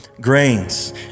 grains